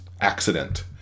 accident